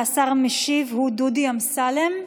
השר המשיב הוא דודי אמסלם.